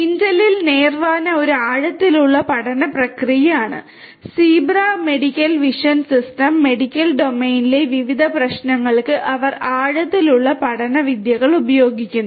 ഇന്റലിന്റെ medical ഡൊമെയ്നിലെ വിവിധ പ്രശ്നങ്ങൾക്ക് അവർ ആഴത്തിലുള്ള പഠന വിദ്യകൾ ഉപയോഗിക്കുന്നു